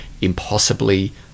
impossibly